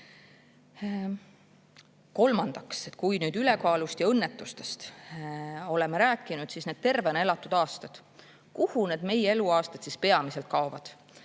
Kolmandaks. Ülekaalust ja õnnetustest oleme rääkinud, nüüd siis need tervena elatud aastad. Kuhu need meie eluaastad siis peamiselt kaovad?